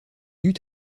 eut